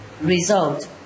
result